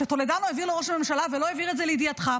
שטולדנו העביר לראש הממשלה ולא העביר את זה לידיעתך,